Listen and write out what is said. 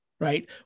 Right